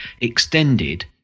extended